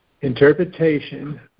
Interpretation